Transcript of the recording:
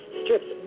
strips